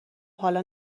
حالا